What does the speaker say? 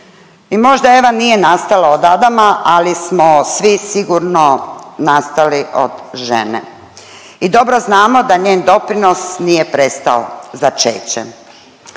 možda Eva nije nastala od Adama, ali smo svi sigurno nastali od žene i dobro znamo da njen doprinos nije prestao začećem.